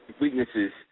weaknesses